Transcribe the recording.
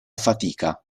fatica